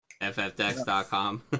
FFdex.com